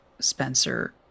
Spencer